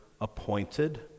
appointed